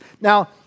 Now